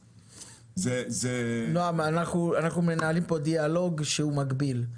נועם, אנחנו מנהלים פה דיאלוג מקביל.